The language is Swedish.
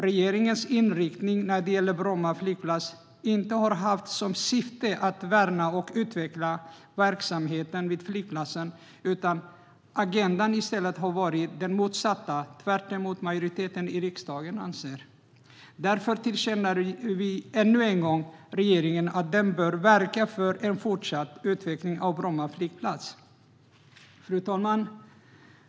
Regeringens inriktning när det gäller Bromma flygplats har inte varit att värna och utveckla verksamheten vid flygplatsen, utan agendan har i stället varit den motsatta, tvärtemot vad majoriteten i riksdagen anser. Därför tillkännager vi ännu en gång till regeringen att den bör verka för en fortsatt utveckling av Bromma flygplats. Fru talman!